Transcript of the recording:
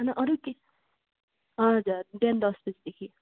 हन अरू के हजुर बिहान दस बजेदेखि